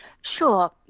Sure